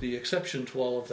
the exception to all of